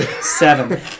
Seven